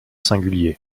singulier